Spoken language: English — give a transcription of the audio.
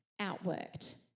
outworked